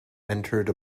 entered